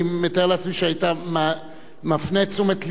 אני מתאר לעצמי שהיית מפנה את תשומת לבם,